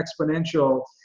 exponential